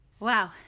Wow